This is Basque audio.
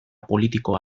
politikoa